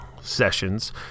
sessions